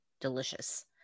Delicious